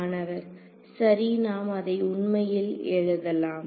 மாணவர் சரி நாம் அதை உண்மையில் எழுதலாம்